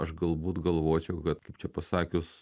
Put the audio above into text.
aš galbūt galvočiau kad kaip čia pasakius